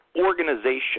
organization